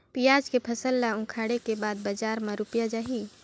पियाज के फसल ला उखाड़े के बाद बजार मा रुपिया जाही?